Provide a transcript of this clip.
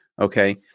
Okay